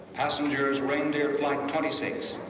passengers, reindeer flight twenty six.